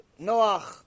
Noach